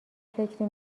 فکری